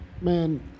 Man